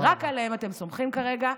שרק עליהם אתם סומכים כרגע,